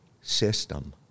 system